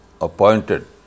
appointed